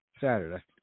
Saturday